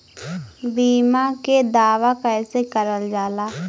बीमा के दावा कैसे करल जाला?